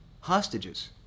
hostages